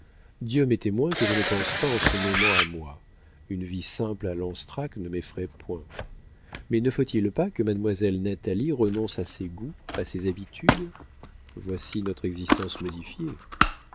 dieu m'est témoin que je ne pense pas en ce moment à moi une vie simple à lanstrac ne m'effraie point mais ne faut-il pas que mademoiselle natalie renonce à ses goûts à ses habitudes voici notre existence modifiée